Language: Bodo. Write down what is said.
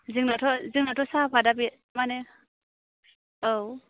जोंनाथ' जोंनाथ' साहापाट बे माने औ